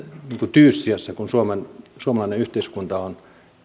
tyyssijassa jollainen suomalainen yhteiskunta on